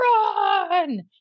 run